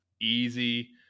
easy